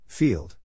Field